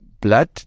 blood